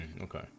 okay